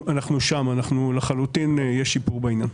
אנחנו שם, לחלוטין יש אצלנו שיפור בעניין.